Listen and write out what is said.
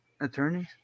attorneys